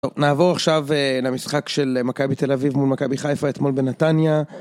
נעבור עכשיו למשחק של מכבי תל אביב מול מכבי חיפה אתמול בנתניה